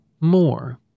more